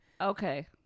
okay